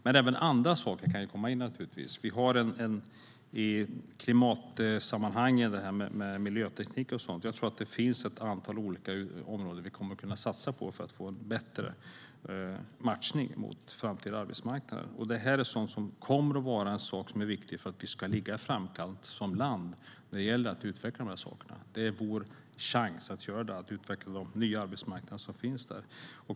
Men även andra saker kan naturligtvis komma in. I klimatsammanhang och när det gäller miljöteknik tror jag att det finns ett antal olika områden som vi kommer att kunna satsa på för att få en bättre matchning mot den framtida arbetsmarknaden. Det är sådant som kommer att vara viktigt för att vi ska ligga i framkant som land när det gäller att utveckla de här sakerna. Det är vår chans att göra det, att utveckla den nya arbetsmarknad som finns där.